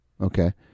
okay